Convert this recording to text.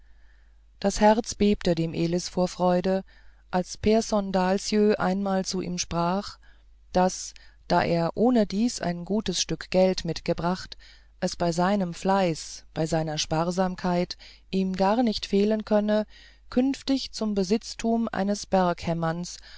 das herz bebte dem elis vor freude als pehrson dahlsjö einmal zu ihm sprach daß da er ohnedies ein gut stück geld mitgebracht es bei seinem fleiß bei seiner sparsamkeit ihm gar nicht fehlen könne künftig zum besitztum eines